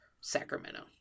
Sacramento